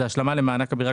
זה השלמה למענק הבירה,